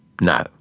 No